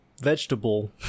vegetable